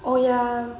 oh ya